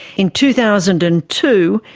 in two thousand and two,